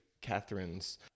Catherine's